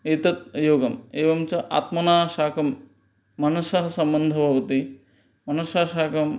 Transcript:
एतत् योगः एवं च आत्मना साकं मनसः सम्बन्धः भवति मनसा साकं